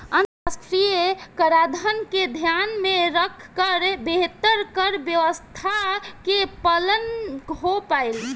अंतरराष्ट्रीय कराधान के ध्यान में रखकर बेहतर कर व्यावस्था के पालन हो पाईल